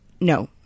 No